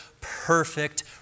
perfect